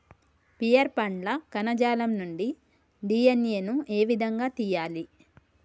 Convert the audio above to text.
Pear పండ్ల కణజాలం నుండి డి.ఎన్.ఎ ను ఏ విధంగా తియ్యాలి?